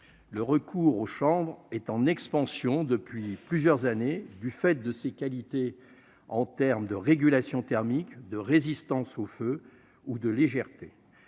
Le recours aux chambres est en expansion depuis plusieurs années du fait de ses qualités en terme de régulation thermique de résistance au feu ou de légèreté